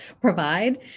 provide